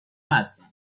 هستن